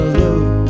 love